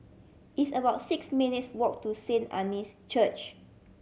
it's about six minutes' walk to Saint Anne's Church